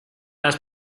las